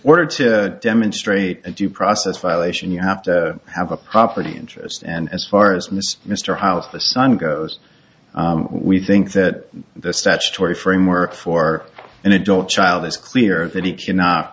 order to demonstrate a due process violation you have to have a property interest and as far as mr mr house the son goes we think that the statutory framework for an adult child is clear that he cannot